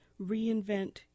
reinvent